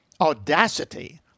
audacity